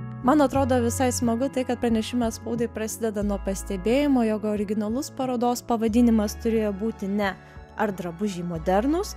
man atrodo visai smagu tai kad pranešimas spaudai prasideda nuo pastebėjimo jog originalus parodos pavadinimas turėjo būti ne ar drabužiai modernūs